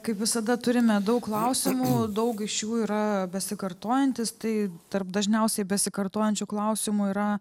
kaip visada turime daug klausimų daug iš jų yra besikartojantys tai tarp dažniausiai besikartojančių klausimų yra